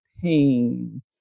pain